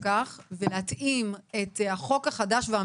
לשפר ולהתאים את החוק החדש והמבורך,